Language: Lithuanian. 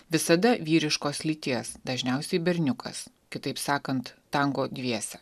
visada vyriškos lyties dažniausiai berniukas kitaip sakant tango dviese